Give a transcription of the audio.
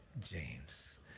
James